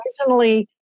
originally